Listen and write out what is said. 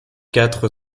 quatre